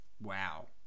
Wow